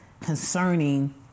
concerning